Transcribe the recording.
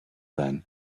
then